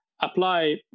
apply